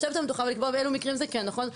לשבת על המדוכה ולקבוע באילו מקרים זה כן נכון,